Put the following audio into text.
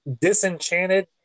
Disenchanted